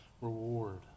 reward